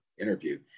interview